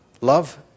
love